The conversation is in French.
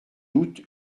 doute